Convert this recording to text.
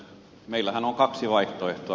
meillähän on kaksi vaihtoehtoa